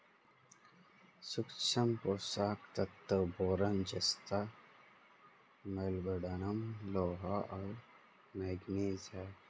सूक्ष्म पोषक तत्व बोरान जस्ता मोलिब्डेनम लोहा और मैंगनीज हैं